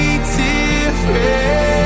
different